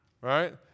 Right